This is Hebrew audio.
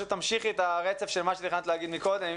תמשיכי את הרצף של מה שתכננת להגיד מקודם.